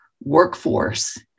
workforce